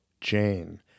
Jane